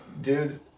dude